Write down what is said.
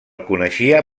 coneixia